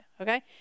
Okay